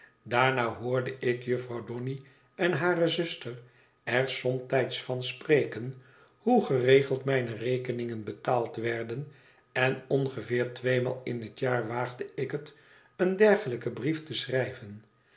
daarna hoorde ik jufvrouw donny en hare zuster er somtijds van spreken hoe geregeld mijne rekeningen betaald werden en ongeveer tweemaal in het jaar waagde ik het een dergelijken brief te schrijven